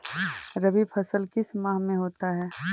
रवि फसल किस माह में होता है?